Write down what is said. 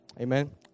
Amen